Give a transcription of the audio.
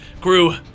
crew